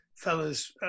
fellas